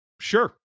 Sure